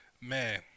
Man